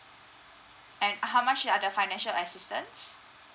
and how much are the financial assistance